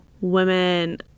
women